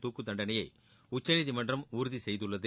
தூக்குத்தண்டனையை உச்சநீதிமன்றம் உறுதி செய்துள்ளது